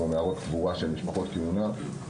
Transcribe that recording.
כמו מערות קבורה של משפחות כהונה.